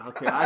Okay